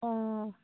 অঁ